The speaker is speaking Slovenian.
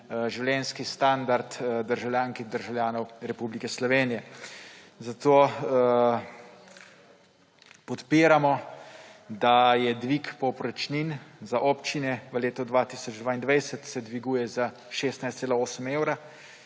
življenjski standard državljank in državljanov Republike Slovenije. Zato podpiramo, da je dvig povprečnin za občine, v letu 2022 se dviguje za 16,8 evra,